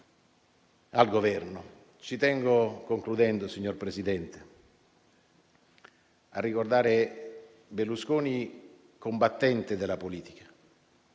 al Governo. Ci tengo, in conclusione, signor Presidente, a ricordare Berlusconi combattente della politica,